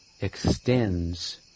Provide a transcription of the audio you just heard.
extends